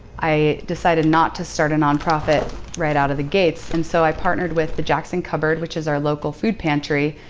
i decided not to start a non-profit right out of the gates. and so i partnered with the jackson cupboard, which is our local food pantry,